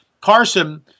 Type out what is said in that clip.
Carson